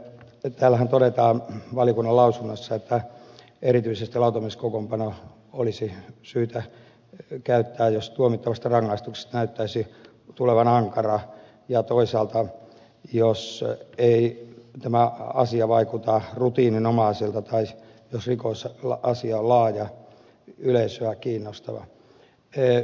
täällähän todetaan valiokunnan lausunnossa että erityisesti lautamieskokoonpanoa olisi syytä käyttää jos tuomittavasta rangaistuksesta näyttäisi tulevan ankara ja toisaalta jos ei tämä asia vaikuta rutiininomaiselta tai jos rikosasia on laaja yleisöä kiinnostava